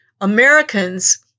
Americans